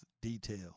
detail